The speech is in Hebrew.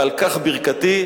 ועל כך ברכתי.